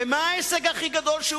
ומה ההישג הכי גדול?